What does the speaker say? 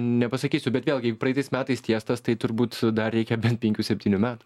nepasakysiu bet vėlgi jeigu praeitais metais tiestas tai turbūt dar reikia bent penkių septynių metų